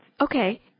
Okay